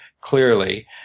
clearly –